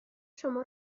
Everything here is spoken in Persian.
شما